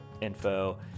info